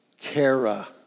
Kara